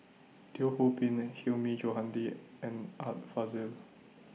Teo Ho Pin and Hilmi Johandi and Art Fazil